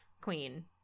queen